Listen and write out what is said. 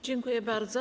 Dziękuję bardzo.